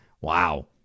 wow